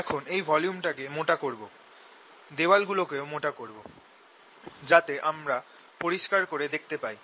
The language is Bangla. এখন এই ভলিউমটাকে মোটা করব দেওয়ালগুলো কেও মোটা করব যাতে তোমরা পরিস্কার দেখতে পাও